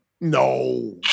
No